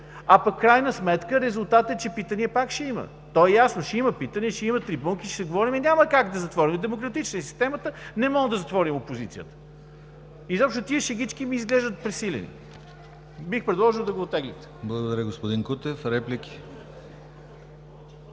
а пък в крайна сметка резултатът е, че питания пак ще има, то е ясно, ще има питания, ще има трибунки, ще говорим и няма как да затворим, демократична е системата, не може да затвори опозицията. Изобщо тия шегички ми изглеждат пресилени. Бих предложил да го оттеглите. Благодаря. ПРЕДСЕДАТЕЛ ДИМИТЪР